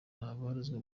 habarizwa